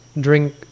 drink